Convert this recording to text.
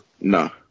No